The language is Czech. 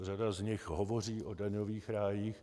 Řada z nich hovoří o daňových rájích.